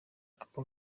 apple